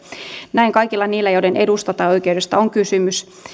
näin kaikilla niillä joiden edusta tai oikeudesta on kysymys